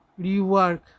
rework